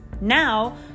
Now